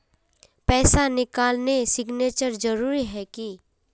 पैसा निकालने सिग्नेचर जरुरी है की?